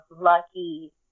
Lucky